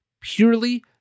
Purely